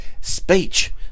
speech